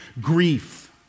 grief